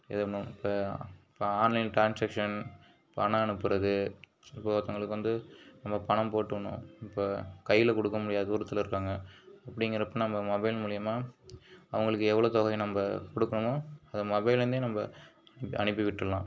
எதுவுமே இப்போ இப்போ ஆன்லைன் ட்ரான்ஸக்ஷன் பணம் அனுப்புகிறது இப்போ ஒருத்தங்களுக்கு வந்து நம்ம பணம் போட்டு விடணும் இப்போ கையில் கொடுக்க முடியாத தூரத்தில் இருக்காங்க அப்படிங்கிறப்ப நம்ம மொபைல் மூலிமா அவங்களுக்கு எவ்ளோ தொகயை நம்ம கொடுக்கணுமோ அதை மொபைல்லேருந்து நம்ம அனுப்பி விட்டுறலாம்